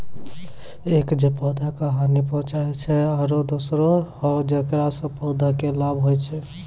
एक जे पौधा का हानि पहुँचाय छै आरो दोसरो हौ जेकरा सॅ पौधा कॅ लाभ होय छै